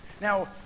Now